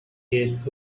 years